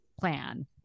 plan